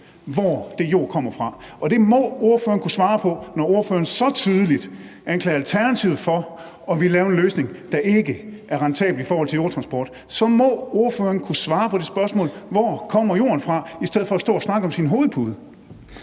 hvor den jord kommer fra, og det må ordføreren kunne svare på. Når ordføreren så tydeligt anklager Alternativet for at ville lave en løsning, der ikke er rentabel i forhold til jordtransport, så må ordføreren kunne svare på det spørgsmål, hvor jorden kommer fra, i stedet for at stå og snakke om sin hovedpude.